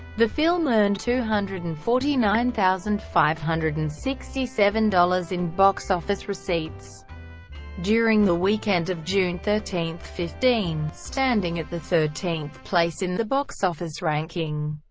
the film earned two hundred and forty nine thousand five hundred and sixty seven dollars in box office receipts during the weekend of june thirteen fifteen, standing at the thirteenth place in the box office ranking.